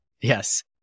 Yes